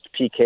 PK